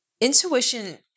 Intuition